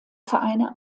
vereine